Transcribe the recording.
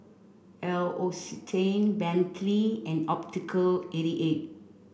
L'Occitane Bentley and Optical eighty eight